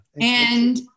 And-